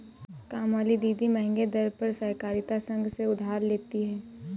कामवाली दीदी महंगे दर पर सहकारिता संघ से उधार लेती है